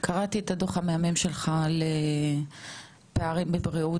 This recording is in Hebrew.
קראתי את הדוח המהמם שלך על פערים בבריאות